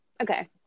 okay